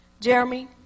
Jeremy